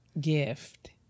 gift